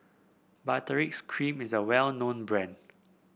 Baritex Cream is a well known brand